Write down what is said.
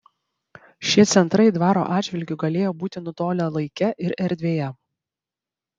šie centrai dvaro atžvilgiu galėjo būti nutolę laike ir erdvėje